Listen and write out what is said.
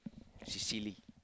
Sicily